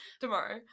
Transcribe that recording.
tomorrow